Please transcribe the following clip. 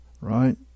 right